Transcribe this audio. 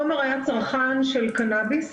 עומר היה צרכן של קנאביס,